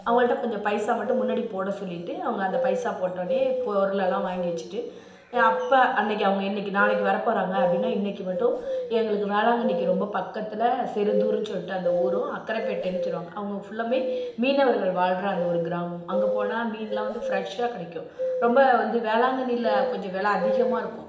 அவங்கள்ட்ட கொஞ்சம் பைசா மட்டும் முன்னாடி போட சொல்லிட்டு அவங்க அந்த பைசா போட்டோடனே பொருள் எல்லாம் வாங்கி வச்சிட்டு அப்போ அன்றைக்கு அவங்க இன்றைக்கு நாளைக்கு வரப்போறாங்க அப்படினா இன்றைக்கு மட்டும் எங்களுக்கு வேளாங்கண்ணிக்கு ரொம்ப பக்கத்தில் செருதூர்னு சொல்லிட்டு அந்த ஊரும் அக்கரைப்பேட்டைனு சொல்வாங்க அவங்க ஃபுல்லாவுமே மீனவர்கள் வாழ்கிற அந்த ஒரு கிராமம் அங்கே போனால் மீன்லாம் வந்து ஃப்ரெஷ்ஷாக கிடைக்கும் ரொம்ப வந்து வேளாங்கண்ணியில கொஞ்சம் வில அதிகமாக இருக்கும்